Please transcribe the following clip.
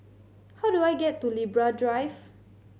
how do I get to Libra Drive